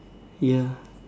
ya